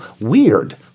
Weird